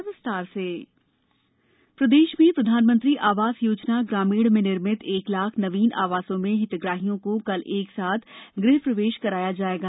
ग़ह प्रवेशम् कार्यक्रम प्रदेश में प्रधानमंत्री आवास योजना ग्रामीण में निर्मित एक लाख नवीन आवासों में हितग्राहियों को कल एक साथ गृह प्रवेश करवाया जायेगा